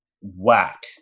whack